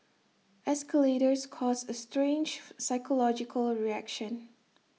escalators cause A strange psychological reaction